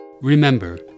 Remember